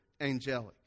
angelic